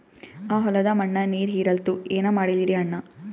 ಆ ಹೊಲದ ಮಣ್ಣ ನೀರ್ ಹೀರಲ್ತು, ಏನ ಮಾಡಲಿರಿ ಅಣ್ಣಾ?